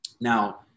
Now